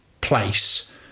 place